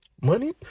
Money